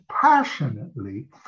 passionately